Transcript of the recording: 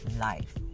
life